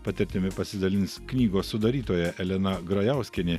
patirtimi pasidalins knygos sudarytoja elena grajauskienė